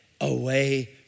away